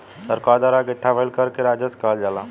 सरकार द्वारा इकट्ठा भईल कर के राजस्व कहल जाला